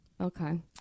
Okay